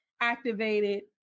activated